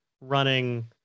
running